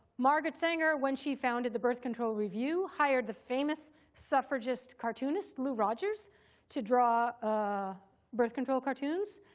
margaret sanger, when she founded the birth control review, hired the famous suffragist cartoonist lou rogers to draw ah birth control cartoons.